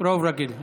רוב רגיל.